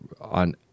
on